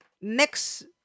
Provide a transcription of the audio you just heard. next